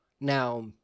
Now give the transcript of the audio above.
Now